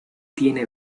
tiene